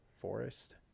Forest